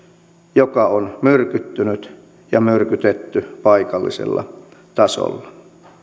joka on myrkyttynyt ja myrkytetty paikallisella tasolla